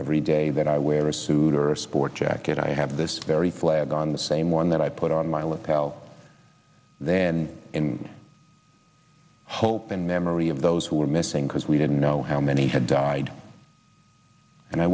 every day that i wear a suit or a sport jacket i have this very flag on the same one that i put on my lapel then in hope in memory of those who are missing because we didn't know how many had died and i